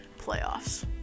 playoffs